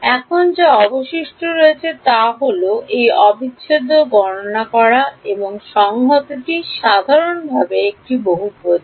এখন যা অবশিষ্ট রয়েছে তা হল এই অবিচ্ছেদ্য গণনা করা এবং সংহতটি সাধারণভাবে একটি বহুপদী